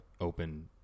open